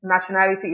nationality